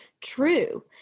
true